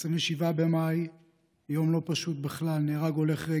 לצערי, שבוע לא פשוט בדרכים.